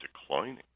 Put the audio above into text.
declining